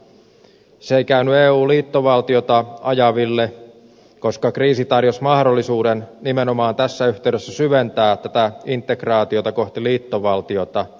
se ei käynyt eun liittovaltiota ajaville koska kriisi tarjosi mahdollisuuden nimenomaan tässä yhteydessä syventää tätä integraatiota kohti liittovaltiota